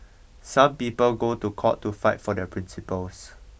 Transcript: some people go to court to fight for their principles